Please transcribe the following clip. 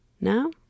Now